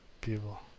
people